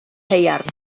haearn